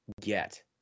get